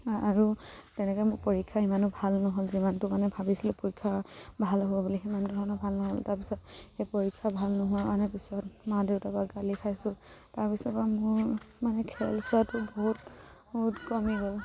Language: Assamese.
আৰু তেনেকে মোৰ পৰীক্ষা ইমানো ভাল নহ'ল যিমানটো মানে ভাবিছিলোঁ পৰীক্ষা ভাল হ'ব বুলি সিমানটো ধৰণৰ ভাল নহ'ল তাৰপিছত সেই পৰীক্ষা ভাল নোহোৱা কাৰণে পিছত মা দেউতাৰ পৰা গালি খাইছোঁ তাৰপিছৰ পৰা মোৰ মানে খেল চোৱাটো বহুত বহুত কমি গ'ল